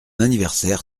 anniversaire